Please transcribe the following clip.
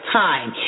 time